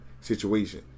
situation